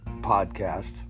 Podcast